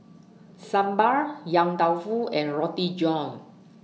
Sambal Yong Tau Foo and Roti John